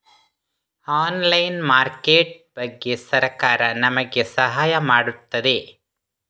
Online market ಬಗ್ಗೆ ಸರಕಾರ ನಮಗೆ ಸಹಾಯ ಮಾಡುತ್ತದೆ?